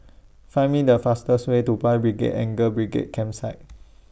Find The fastest Way to Boys' Brigade and Girls' Brigade Campsite